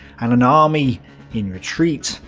and an army in retreat,